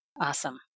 Awesome